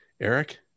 eric